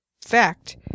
fact